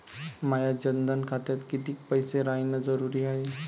माया जनधन खात्यात कितीक पैसे रायन जरुरी हाय?